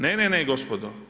Ne, ne, ne gospodo.